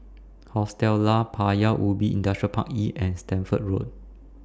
Hostel Lah Paya Ubi Industrial Park E and Stamford Road